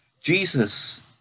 Jesus